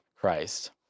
Christ